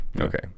okay